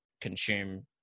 consume